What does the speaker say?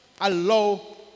allow